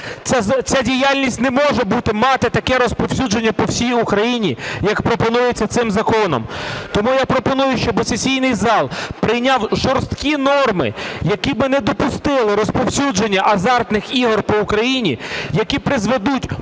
Ця діяльність не може бути, мати таке розповсюдження по всій Україні, як пропонується цим законом. Тому я пропоную, щоби сесій зал прийняв жорсткі норми, які би не допустили розповсюдження азартних ігор по Україні, які призведуть